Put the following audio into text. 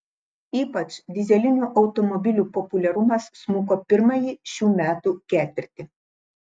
ypač dyzelinių automobilių populiarumas smuko pirmąjį šių metų ketvirtį